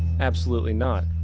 absolutely not.